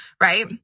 right